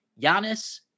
Giannis